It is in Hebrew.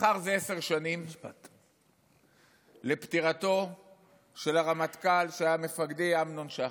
מחר זה עשר שנים לפטירתו של הרמטכ"ל שהיה מפקדי אמנון שחק.